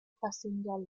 passenger